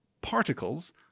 particles